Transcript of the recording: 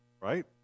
right